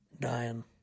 dying